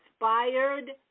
inspired